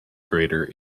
grader